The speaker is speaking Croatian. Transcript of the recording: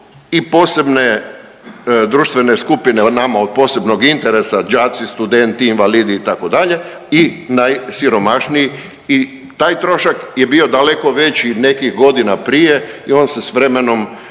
i posebne društvene skupine nama od posebnog interesa đaci, studenti, invalidi itd. i najsiromašniji. I taj trošak je bio daleko veći nekih godina prije i on se s vremenom